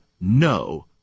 no